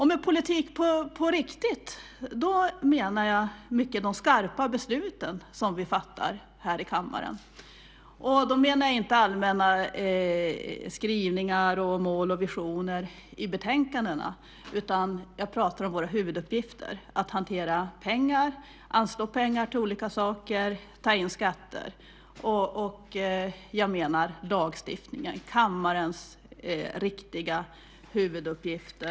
Med politik på riktigt menar jag mycket de skarpa beslut som vi fattar här i kammaren. Då avser jag inte allmänna skrivningar eller mål och visioner i betänkandena, utan jag talar om våra huvuduppgifter: att hantera och att anslå pengar till olika saker, att ta in skatter och att lagstifta - kammarens riktiga huvuduppgifter.